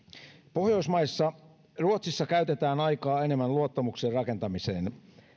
pohjoismaissa ruotsissa käytetään aikaa enemmän luottamuksen rakentamiseen